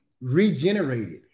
regenerated